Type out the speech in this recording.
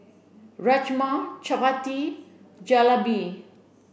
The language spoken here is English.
Rajma Chapati Jalebi